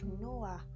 Noah